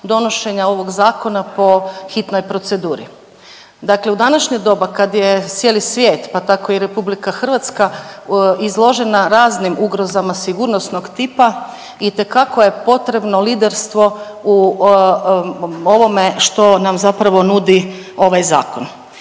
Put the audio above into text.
donošenja ovog zakona po hitnoj proceduri. Dakle u današnje doba kad je cijeli svijet, pa tako i RH izložena raznim ugrozama sigurnosnog tipa itekako je potrebno liderstvo u ovome što nam zapravo nudi ovaj zakon.